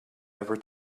ever